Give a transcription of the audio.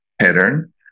pattern